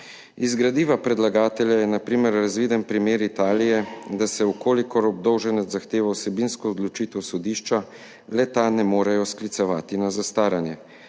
Iz gradiva predlagatelja je na primer razviden primer Italije, da se, če obdolženec zahteva vsebinsko odločitev sodišča, le-to ne more sklicevati na zastaranje.